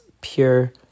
pure